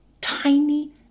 tiny